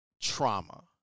trauma